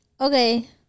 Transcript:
Okay